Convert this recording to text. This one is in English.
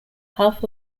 half